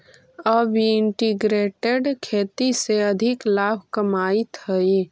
अब उ इंटीग्रेटेड खेती से अधिक लाभ कमाइत हइ